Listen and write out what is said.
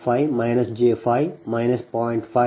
5 j5 0